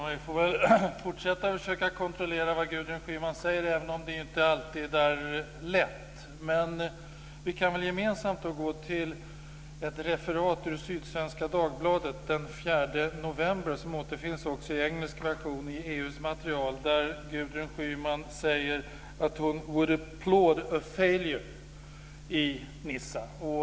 Herr talman! Vi får fortsätta att försöka kontrollera vad Gudrun Schyman säger, även om det inte alltid är lätt. Men vi kan gemensamt gå till ett referat ur Sydsvenska Dagbladet den 4 november, som återfinns också i engelsk version i EU:s material. Gudrun Schyman säger att hon "would applaud a failure" i Nice.